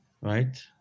right